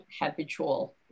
habitual